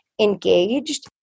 engaged